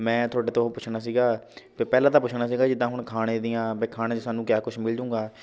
ਮੈਂ ਤੁਹਾਡੇ ਤੋਂ ਉਹ ਪੁੱਛਣਾ ਸੀਗਾ ਪਹਿਲਾਂ ਤਾਂ ਪੁੱਛਣਾ ਸੀਗਾ ਜਿੱਦਾਂ ਹੁਣ ਖਾਣੇ ਦੀਆਂ ਵੀ ਖਾਣੇ 'ਚ ਸਾਨੂੰ ਕਿਆ ਕੁਛ ਮਿਲ ਜੂਗਾ